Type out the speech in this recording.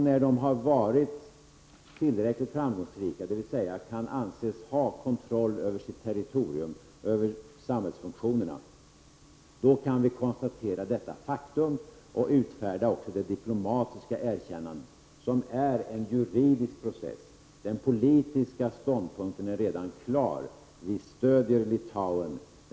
När litauerna varit tillräckligt framgångsrika, dvs, kan anses ha kontroll över sitt territorium och över samhällsfunktionerna, då kan vi konstatera detta faktum och utfärda det diplomatiska erkännandet, som är en juridisk process. Den politiska ståndpunkten är redan klar; vi stöder Litauen.